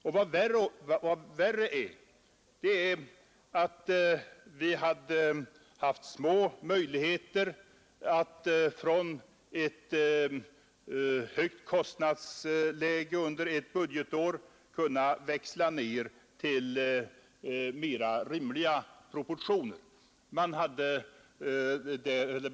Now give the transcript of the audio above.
Och vad värre är, vi hade haft små möjligheter att från ett högt kostnadsläge under ett budgetår växla ned till mera rimliga proportioner.